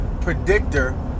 predictor